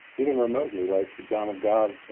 even remotely, like john of god,